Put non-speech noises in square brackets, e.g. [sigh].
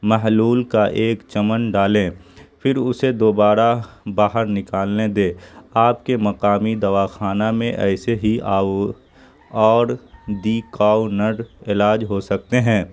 محلول کا ایک چمن ڈالیں پھر اسے دوبارہ باہر نکالنے دے آپ کے مقامی دوا خانہ میں ایسے ہی اور [unintelligible] علاج ہو سکتے ہیں